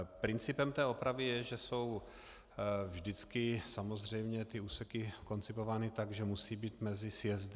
Principem té opravy je, že jsou vždycky samozřejmě ty úseky koncipovány tak, že musí být mezi sjezdy.